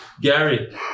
Gary